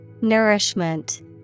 Nourishment